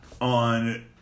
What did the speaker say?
on